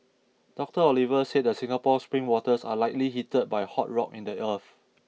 Doctor Oliver said the Singapore spring waters are likely heated by hot rock in the earth